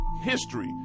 history